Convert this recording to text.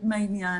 מהעניין,